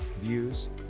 views